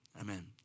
amen